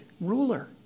ruler